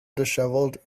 dishevelled